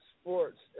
sports